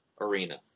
arena